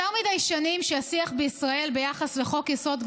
יותר מדי שנים שהשיח בישראל ביחס לחוק-יסוד: